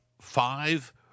five